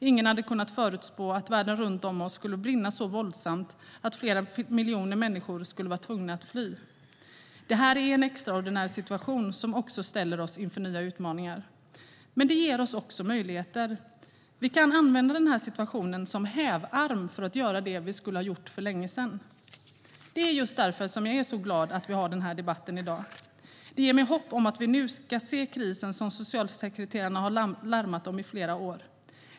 Ingen hade kunnat förutspå att världen runt om oss skulle brinna så våldsamt att flera miljoner människor skulle vara tvungna att fly. Det här är en extraordinär situation som ställer oss inför nya utmaningar. Men det ger oss också möjligheter. Vi kan använda den här situationen som hävarm för att göra det vi skulle gjort för länge sedan. Det är just därför jag är så glad att vi har den här debatten i dag. Det ger mig hopp om att vi nu kan se den kris som socialsekreterarna har larmat om i flera år.